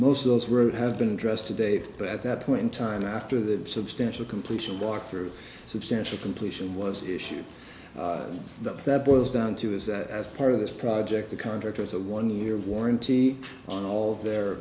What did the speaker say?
most of those group have been dressed today but at that point in time after the substantial completion walk through substantial completion was issued that that boils down to is that as part of this project the contract has a one year warranty on all of their